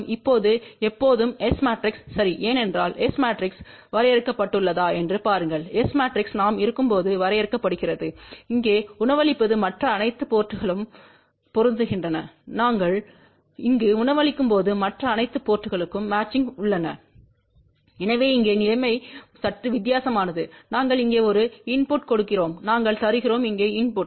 இப்போது எப்போதும் S matrix சரி ஏனென்றால் S மேட்ரிக்ஸ் வரையறுக்கப்பட்டுள்ளதா என்று பாருங்கள் S மேட்ரிக்ஸ் நாம் இருக்கும் போது வரையறுக்கப்படுகிறது இங்கே உணவளிப்பது மற்ற அனைத்து போர்ட்ங்களும் பொருந்துகின்றன நாங்கள் இங்கு உணவளிக்கும் போது மற்ற அனைத்து போர்ட்ங்களும் மேட்சிங் உள்ளன எனவே இங்கே நிலைமை சற்று வித்தியாசமானது நாங்கள் இங்கே ஒரு இன்புட்டைக் கொடுக்கிறோம் நாங்கள் தருகிறோம் இங்கே இன்புட்